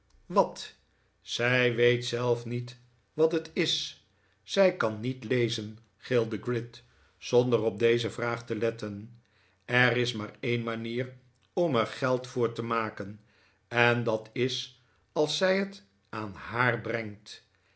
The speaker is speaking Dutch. wat zij weet zelf niet wat het is zij kan niet lezen gilde gride zonder op deze vraag te letten er is maar een manier om er geld voor te maken en dat is als zij het aan haar brengt